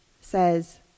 says